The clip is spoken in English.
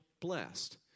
blessed